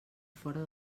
fora